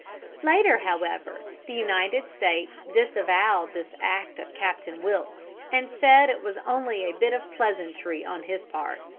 later, however, the united states disavowed this act of captain wilkes, and said it was only a bit of pleasantry on his part.